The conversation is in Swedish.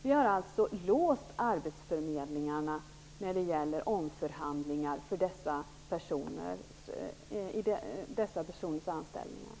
Vi har låst arbetsförmedlingarna när det gäller omförhandlingar för dessa personers anställningar.